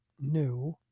new